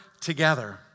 together